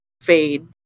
fade